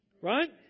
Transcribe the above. Right